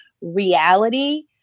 reality